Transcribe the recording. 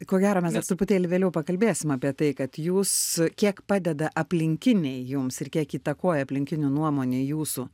ko gero mes dar truputėlį vėliau pakalbėsim apie tai kad jūs kiek padeda aplinkiniai jums ir kiek įtakoja aplinkinių nuomonė jūsų